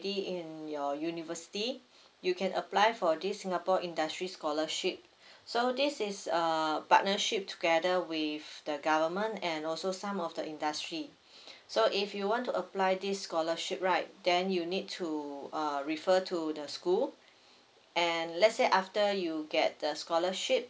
in your university you can apply for this singapore industry scholarship so this is uh partnership together with the government and also some of the industry so if you want to apply this scholarship right then you need to uh refer to the school and let's say after you get the scholarship